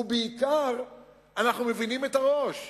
ובעיקר אנחנו מבינים את הראש.